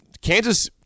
Kansas